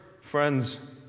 friends